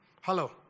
Hello